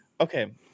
Okay